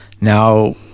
Now